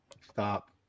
Stop